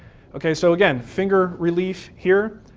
okay, so again, finger relief here.